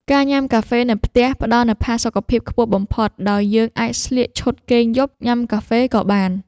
ការញ៉ាំកាហ្វេនៅផ្ទះផ្ដល់នូវផាសុកភាពខ្ពស់បំផុត ដោយយើងអាចស្លៀកឈុតគេងយប់ញ៉ាំកាហ្វេក៏បាន។